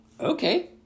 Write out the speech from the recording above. Okay